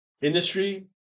industry